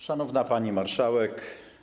Szanowna Pani Marszałek!